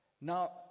Now